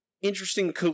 Interesting